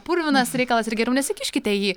purvinas reikalas ir geriau nesikiškite į jį